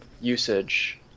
usage